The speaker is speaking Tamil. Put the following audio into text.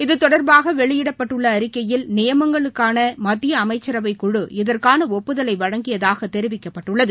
இத்தொடர்பாக வெளியிடப்பட்டுள்ள அறிக்கையில் நியமனங்களுக்கான மத்திய அமைச்சரவை குழு இதற்கான ஒப்புதலை வழங்கியதாக தெரிவிக்கப்பட்டுள்ளது